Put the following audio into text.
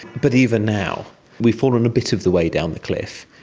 but even now we've fallen a bit of the way down the cliff.